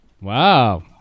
wow